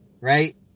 right